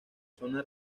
zona